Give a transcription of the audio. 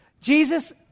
Jesus